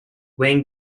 wing